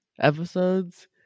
episodes